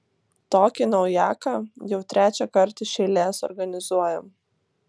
tokį naujaką jau trečiąkart iš eilės organizuojam